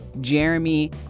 Jeremy